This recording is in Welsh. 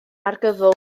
argyfwng